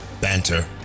banter